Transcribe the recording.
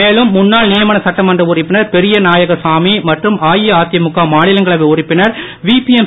மேலும் நியமன சட்டமன்ற உறுப்பினர் பெரியநாயக சாமி மற்றும் அதிமுக மாநி ங்களவை உறுப்பினர் பிபிஎம்